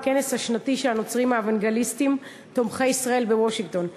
בכנס השנתי של הנוצרים האוונגליסטים תומכי ישראל בוושינגטון.